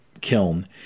kiln